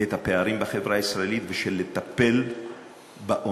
את הפערים בחברה הישראלית ולטפל בעוני.